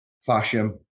fashion